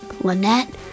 Lynette